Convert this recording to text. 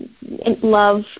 love